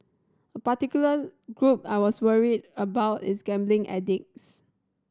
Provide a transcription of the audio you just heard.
a particular group I was worried about is gambling addicts